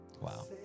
Wow